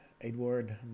Edward